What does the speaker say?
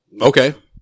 Okay